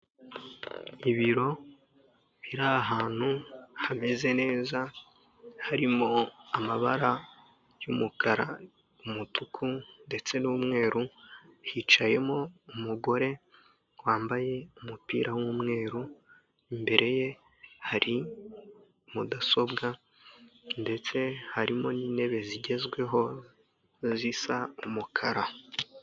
Ibiro biri ahantu hameze neza, harimo amabara y'umukara, umutuku ndetse n'umweru, hicayemo umugore wambaye umupira w'umweru, imbere ye hari mudasobwa ndetse harimo n'intebe zigezweho zisa umukara.